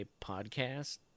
podcast